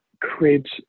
creates